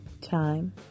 time